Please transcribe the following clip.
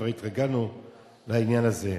וכבר התרגלנו לעניין הזה.